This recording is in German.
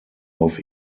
auf